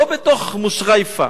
לא בתוך מושרייפה,